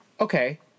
okay